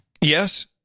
yes